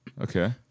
Okay